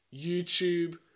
YouTube